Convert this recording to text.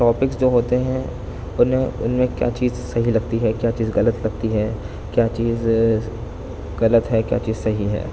topics جو ہوتے ہیں ان میں ان میں کیا چیز صحیح لگتی ہے کیا چیز غلط لگتی ہے کیا چیز غلط ہے کیا چیز صحیح ہے